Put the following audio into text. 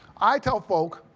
i tell folk,